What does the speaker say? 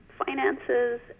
finances